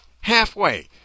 halfway